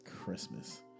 Christmas